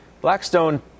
Blackstone